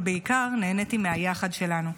ובעיקר נהניתי מהיחד שלנו.